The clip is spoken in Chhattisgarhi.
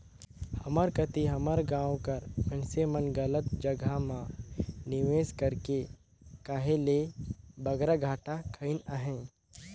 हमर कती हमर गाँव कर मइनसे मन गलत जगहा म निवेस करके कहे ले बगरा घाटा खइन अहें